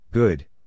Good